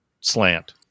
slant